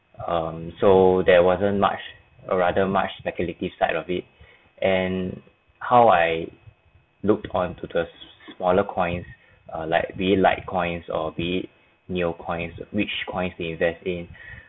um so there wasn't much a rather much speculative side of it and how I looked on to the smaller coins uh like be it litecoins or be it neocoins which coins we invest in